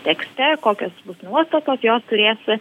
tekste kokios bus nuostatos jos turės